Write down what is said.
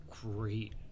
great